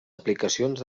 aplicacions